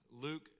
Luke